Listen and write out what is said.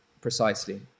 precisely